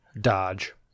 dodge